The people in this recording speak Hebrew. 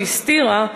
שהסתירה,